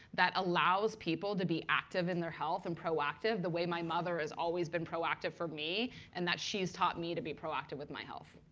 that allows people to be active in their health and proactive the way my mother has always been proactive for me and that she has taught me to be proactive with my health.